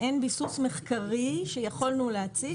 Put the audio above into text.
אין ביסוס מחקרי שיכולנו להציג,